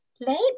labor